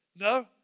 No